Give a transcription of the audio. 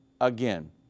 again